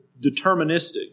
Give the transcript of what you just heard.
deterministic